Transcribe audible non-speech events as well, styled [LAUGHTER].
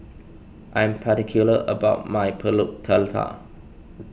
I am particular about my Pulut [UNINTELLIGIBLE]